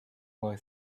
boy